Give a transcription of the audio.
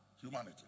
humanity